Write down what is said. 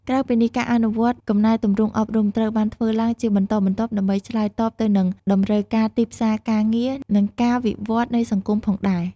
ក្រៅពីនេះ ការអនុវត្តកំណែទម្រង់អប់រំ ត្រូវបានធ្វើឡើងជាបន្តបន្ទាប់ដើម្បីឆ្លើយតបទៅនឹងតម្រូវការទីផ្សារការងារ និងការវិវត្តន៍នៃសង្គមផងដែរ។